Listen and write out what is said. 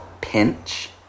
Pinch